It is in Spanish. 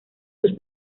sus